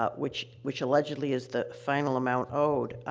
ah which which, allegedly, is the final amount owed.